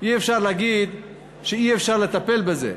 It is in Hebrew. אי-אפשר להגיד שאי-אפשר לטפל בזה.